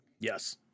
Yes